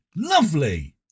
Lovely